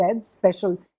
Special